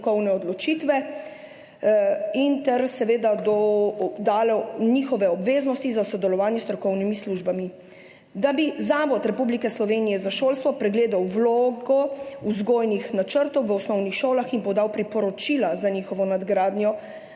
in seveda dale njihove obveznosti za sodelovanje s strokovnimi službami, da bi Zavod Republike Slovenije za šolstvo pregledal vlogo vzgojnih načrtov v osnovnih šolah in podal priporočila za njihovo nadgradnjo,